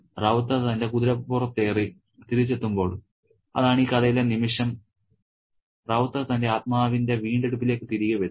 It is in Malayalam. ' റൌത്തർ തന്റെ കുതിരപ്പുറത്തേറി തിരിച്ചെത്തുമ്പോൾ അതാണ് ഈ കഥയിലെ നിമിഷം റൌത്തർ തന്റെ ആത്മാവിന്റെ വീണ്ടെടുപ്പിലേക്ക് തിരികെ വരുന്നു